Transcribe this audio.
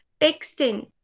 Texting